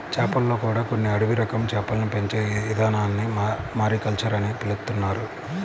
చేపల్లో కూడా కొన్ని అడవి రకం చేపల్ని పెంచే ఇదానాన్ని మారికల్చర్ అని పిలుత్తున్నారు